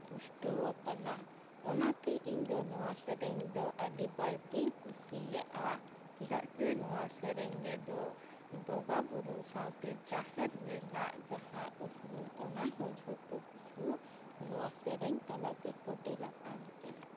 ᱯᱩᱥᱴᱟᱹᱣ ᱟᱠᱟᱱᱟ ᱚᱱᱟᱛᱮ ᱤᱧᱫᱚ ᱱᱚᱶᱟ ᱥᱮᱨᱮᱧ ᱫᱚ ᱟᱹᱰᱤ ᱵᱟᱹᱲᱛᱤᱧ ᱠᱩᱥᱤᱭᱟᱜᱼᱟ ᱪᱮᱫᱟᱜ ᱥᱮ ᱱᱚᱶᱟ ᱥᱮᱨᱮᱧ ᱨᱮᱫᱚ ᱵᱚᱸᱜᱟ ᱵᱩᱨᱩ ᱥᱟᱶᱛᱮ ᱡᱟᱦᱮᱨ ᱨᱮᱱᱟᱜ ᱡᱟᱦᱟᱸ ᱩᱯᱩᱨᱩᱢ ᱚᱱᱟᱦᱚᱸ ᱡᱚᱛᱚᱠᱤᱪᱷᱩ ᱱᱚᱶᱟ ᱥᱮᱨᱮᱧ ᱛᱟᱞᱟᱛᱮ ᱯᱷᱚᱴᱮᱞ ᱟᱠᱟᱱ ᱛᱮ